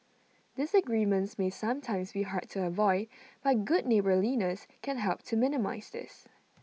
disagreements may sometimes be hard to avoid but good neighbourliness can help to minimise this